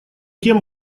тем